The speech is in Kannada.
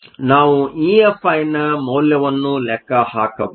ನಾವು EFi ನ ಮೌಲ್ಯವನ್ನು ಲೆಕ್ಕ ಹಾಕಬಹುದು